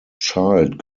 child